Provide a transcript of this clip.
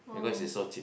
because it's so cheap